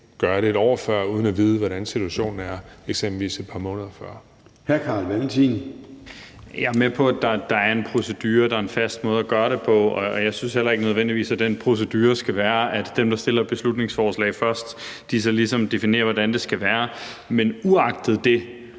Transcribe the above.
Formanden (Søren Gade): Hr. Carl Valentin. Kl. 21:47 Carl Valentin (SF): Jeg er med på, at der er en procedure, og at der er en fast måde at gøre det på, og jeg synes heller ikke nødvendigvis, at den procedure skal være, at dem, der fremsætter et beslutningsforslag først, ligesom definerer, hvordan det skal være. Men uagtet det